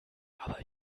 aber